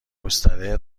گستره